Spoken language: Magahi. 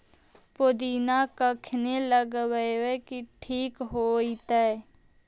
पुदिना कखिनी लगावेला ठिक होतइ?